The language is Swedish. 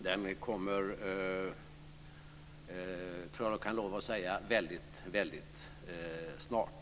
Jag kan nog säga att den kommer väldigt snart.